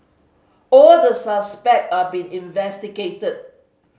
all the suspect are being investigated